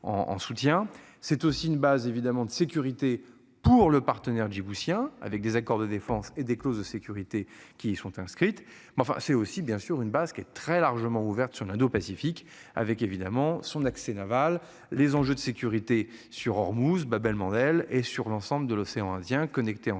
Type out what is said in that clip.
C'est aussi une base évidemment de sécurité pour le partenaire djiboutiens avec des accords de défense et des clauses de sécurité qui sont inscrites. Mais enfin c'est aussi bien sur une base qui est très largement ouverte sur l'indo-Pacifique avec évidemment son accès Naval. Les enjeux de sécurité sur Ormuz Babel Mandel et sur l'ensemble de l'océan Indien connecté en cela